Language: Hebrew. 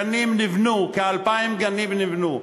כ-2,000 גנים נבנו.